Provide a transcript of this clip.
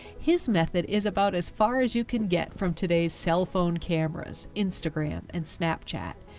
his method is about as far as you can get from today's cell phone cameras, instagram, and snapchat.